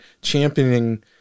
championing